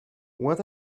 what